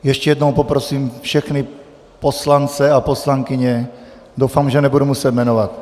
Ještě jednou poprosím všechny poslance a poslankyně, doufám, že nebudu muset jmenovat.